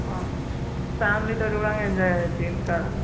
ఫ్యామిలీతో చూడగా ఎంజాయ్ చేయవచ్చు ఇంటికాడ